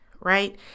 right